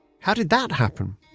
how did that happen?